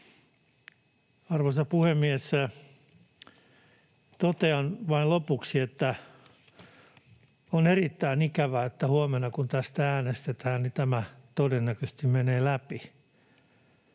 Arvoisa puhemies! Totean vain lopuksi, että on erittäin ikävää, että huomenna, kun tästä äänestetään, tämä todennäköisesti menee läpi.